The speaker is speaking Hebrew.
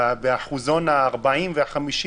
באחוזון ה-40 וה-50,